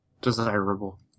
desirable